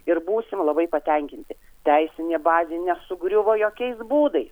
ir būsim labai patenkinti teisinė bazė nesugriuvo jokiais būdais